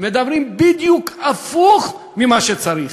מדברים בדיוק הפוך ממה שצריך.